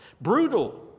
brutal